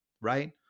right